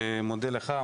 אני מודה לך,